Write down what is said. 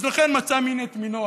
אז לכן, מצא מין את מינו.